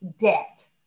debt